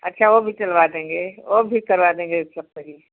अच्छा वह भी करवा देंगे और भी करवा देंगे सब सही से